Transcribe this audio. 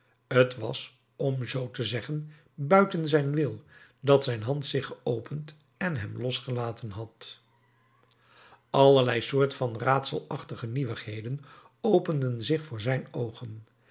t was om zoo te zeggen buiten zijn wil dat zijn hand zich geopend en hem losgelaten had allerlei soort van raadselachtige nieuwigheden openden zich voor zijn oogen